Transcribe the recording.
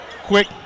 Quick